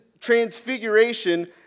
transfiguration